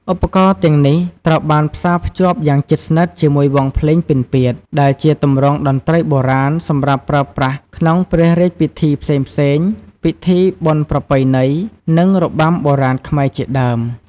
ឧបករណ៍ទាំងនេះត្រូវបានផ្សារភ្ជាប់យ៉ាងជិតស្និទ្ធជាមួយវង់ភ្លេង ពិណពាទ្យ ដែលជាទម្រង់តន្ត្រីបុរាណសម្រាប់ប្រើប្រាស់ក្នុងព្រះរាជពិធីផ្សេងៗ ពិធីបុណ្យប្រពៃណី និងរបាំបុរាណខ្មែរជាដើម។